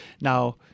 now